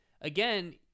again